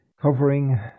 covering